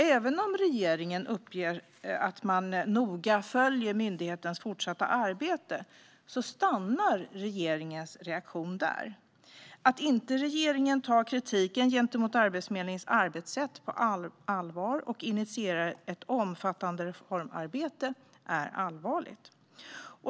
Även om regeringen uppger att man noga följer myndighetens fortsatta arbete stannar regeringens reaktion där. Att regeringen inte tar kritiken gentemot Arbetsförmedlingens arbetssätt på allvar och initierar ett omfattande reformarbete är allvarligt.